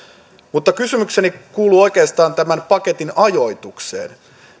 mutta kysymykseni kuuluu oikeastaan tämän paketin ajoituksesta